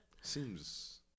Seems